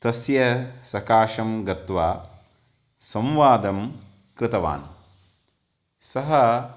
तस्य सकाशं गत्वा संवादं कृतवान् सः